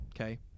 Okay